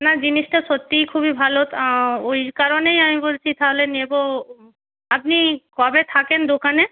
আপনার জিনিসটা সত্যিই খুবই ভালো ওই কারণেই আমি বলছি তাহলে নেব আপনি কবে থাকেন দোকানে